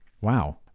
wow